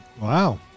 Wow